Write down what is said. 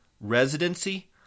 residency